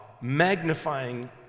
magnifying